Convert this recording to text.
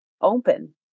open